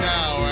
Now